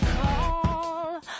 call